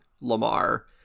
lamar